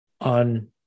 on